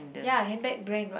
ya handbag brand what